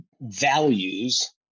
values